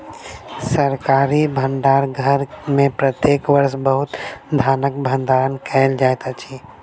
सरकारी भण्डार घर में प्रत्येक वर्ष बहुत धानक भण्डारण कयल जाइत अछि